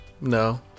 No